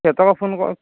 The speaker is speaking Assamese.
সিহঁতকো ফোন কৰ